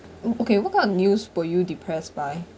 oh okay what kind of news for you depressed by